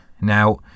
now